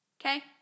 Okay